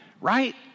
right